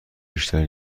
بیشتری